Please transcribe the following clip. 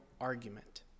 argument